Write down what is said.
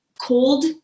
cold